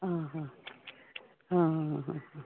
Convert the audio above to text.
हां हां